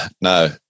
no